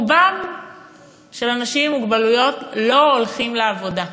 רוב האנשים עם מוגבלות לא הולכים לעבודה,